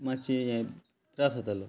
मातशे हे त्रास जातालो